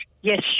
yes